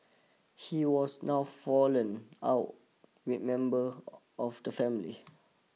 he was now fallen out remember of the family